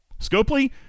Scopely